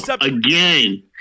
Again